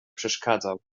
przeszkadzał